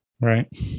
Right